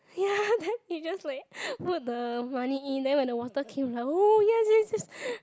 ya then it just like put the money in then when the water came we like oh yes yes yes